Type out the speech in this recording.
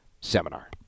seminar